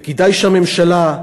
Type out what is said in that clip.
וכדאי שהממשלה,